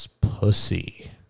pussy